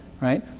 right